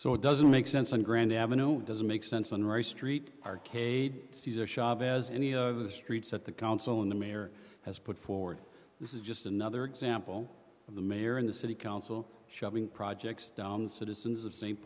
so it doesn't make sense on grand avenue it doesn't make sense on race street arcade cesar chavez any of the streets that the council and the mayor has put forward this is just another example of the mayor and the city council shoving projects down the citizens of st